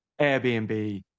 Airbnb